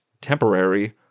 temporary